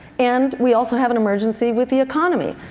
and we also have an emergency with the economy.